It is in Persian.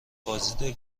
بازدید